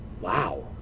Wow